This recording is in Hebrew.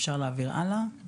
פה